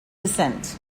descent